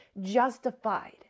justified